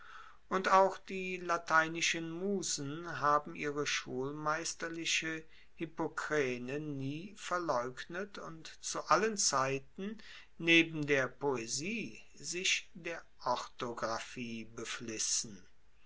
und auch die lateinischen musen haben ihre schulmeisterliche hippokrene nie verleugnet und zu allen zeiten neben der poesie sich der orthographie